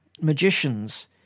magicians